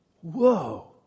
whoa